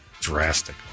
drastic